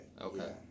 Okay